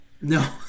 No